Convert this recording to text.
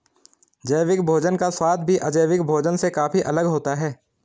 जैविक भोजन का स्वाद भी अजैविक भोजन से काफी अलग होता है